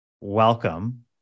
welcome